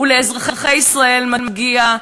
ולאזרחי ישראל מגיע,